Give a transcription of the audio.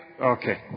okay